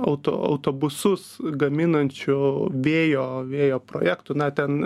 auto autobusus gaminančių vėjo vėjo projektų na ten